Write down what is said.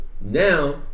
Now